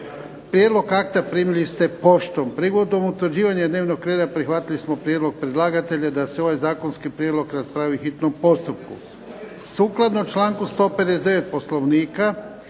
Prijedlog akta primili ste poštom. Prigodom utvrđivanja dnevnog reda prihvatili smo prijedlog predlagatelja da se ovaj zakonski prijedlog raspravi po hitnom postupku. Sukladno članku 159. Poslovnika